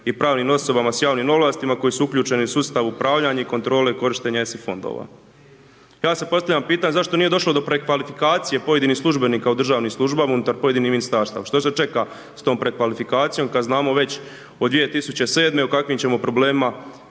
i pravnim osobama s javnim ovlastima koji su uključeni u sustav upravljanja i kontrole korištenja SF fondova. Ja sad postavljam pitanje zašto nije došlo do prekvalifikacije pojedinih službenika u državnim službama unutar pojedinih ministarstava? Što se čeka s tom prekvalifikacijom kad znamo već od 2007. u kakvim ćemo problemima